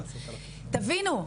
תבינו,